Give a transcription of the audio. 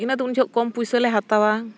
ᱤᱱᱟᱹ ᱫᱚ ᱩᱱ ᱡᱚᱠᱷᱚᱱ ᱠᱚᱢ ᱯᱚᱭᱥᱟ ᱞᱮ ᱦᱟᱛᱟᱣᱟ